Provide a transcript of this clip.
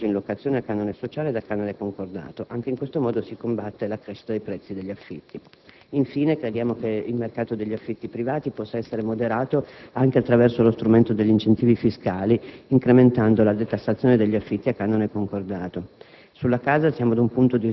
finalizzato all'aumento di alloggi in locazione a canone sociale da canone concordato. Anche in questo modo si combatte la crescita dei prezzi degli affitti. Infine, crediamo che il mercato degli affitti privati possa essere moderato anche attraverso lo strumento degli incentivi fiscali, incrementando la detassazione degli affitti a canone concordato.